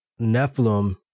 Nephilim